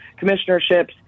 commissionerships